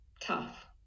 tough